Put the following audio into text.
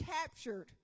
captured